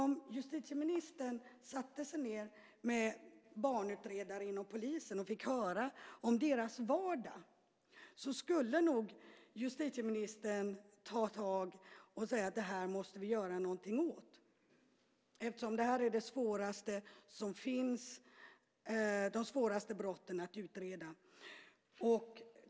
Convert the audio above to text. Om justitieministern satte sig ned med barnutredare inom polisen och fick höra om deras vardag, skulle nog justitieministern säga att vi måste göra någonting åt det. Det här är de svåraste brotten att utreda.